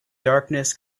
darkness